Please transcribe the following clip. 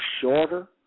shorter